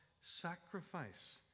sacrifice